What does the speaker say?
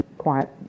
quiet